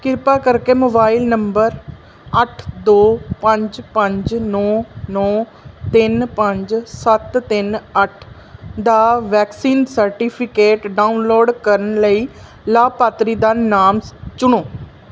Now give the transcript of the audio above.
ਕਿਰਪਾ ਕਰਕੇ mobile number ਅੱਠ ਦੋ ਪੰਜ ਪੰਜ ਨੌਂ ਨੌਂ ਤਿੰਨ ਪੰਜ ਸੱਤ ਤਿੰਨ ਅੱਠ ਦਾ ਵੈਕਸੀਨ ਸਰਟੀਫਿਕੇਟ ਡਾਊਨਲੋਡ ਕਰਨ ਲਈ ਲਾਭਪਾਤਰੀ ਦਾ ਨਾਮ ਚੁਣੋ